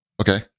Okay